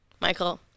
Michael